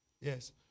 Yes